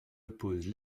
oppose